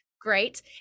great